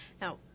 Now